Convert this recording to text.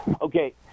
okay